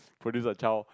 produce a child